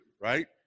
right